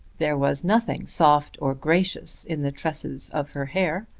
there was nothing soft or gracious in the tresses of her hair.